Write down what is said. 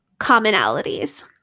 commonalities